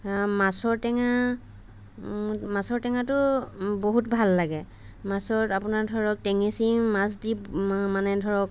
মাছৰ টেঙা মাছৰ টেঙাটো বহুত ভাল লাগে মাছৰ আপোনাৰ ধৰক টেঙেচি মাছদি মানে ধৰক